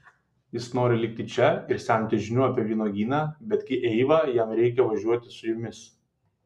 jis nori likti čia ir semtis žinių apie vynuogyną betgi eiva jam reikia važiuoti su jumis